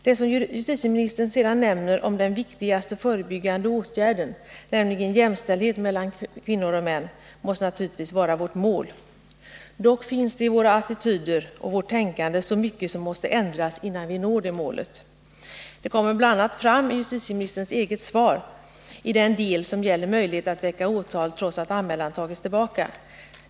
Det som justitieministern nämner som den viktigaste förebyggande åtgärden, nämligen att fortsätta strävandena mot jämställdhet mellan män och kvinnor, måste naturligtvis vara vårt mål. Dock finns det i våra attityder och i vårt tänkande fortfarande så mycket som måste ändras, innan vi når det målet. Detta kommer till uttryck i bl.a. justitieministerns eget svar, i den del som gäller möjlighet att väcka åtal trots att anmälan tagits tillbaka.